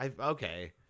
Okay